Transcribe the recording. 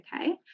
okay